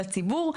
לציבור,